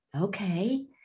okay